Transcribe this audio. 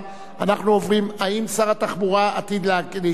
האם שר התחבורה עתיד להיכנס?